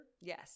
yes